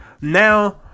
Now